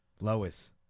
Lois